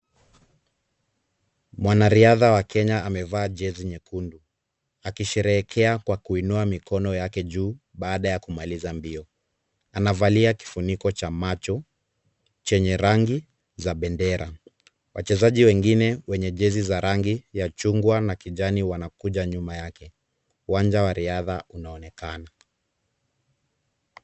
Mwanariadha wa Kenya amevaa jezi nyekundu akisherehekea kwa kuinua mikono yake juu baada ya kumaliza mbio. Anavalia kifuniko cha macho chenye rangi za bendera. Wachezaji wengine wenye jezi za rangi ya chungwa na kijani wanakuja nyuma yake. Uwanja wa riadha unaonekana.